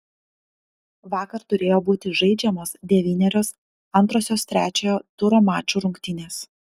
vakar turėjo būti žaidžiamos devynerios antrosios trečiojo turo mačų rungtynės